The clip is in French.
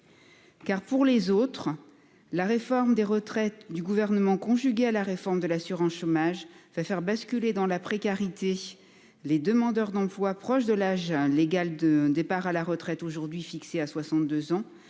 Car pour les autres la réforme des retraites du gouvernement conjugué à la réforme de l'assurance chômage va faire basculer dans la précarité. Les demandeurs d'emploi proche de l'âge légal de départ à la retraite aujourd'hui fixé à 62 ans.